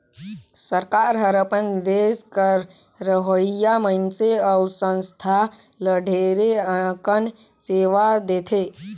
सरकार हर अपन देस कर रहोइया मइनसे अउ संस्था ल ढेरे अकन सेवा देथे